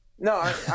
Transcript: No